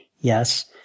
Yes